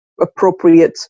appropriate